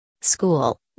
School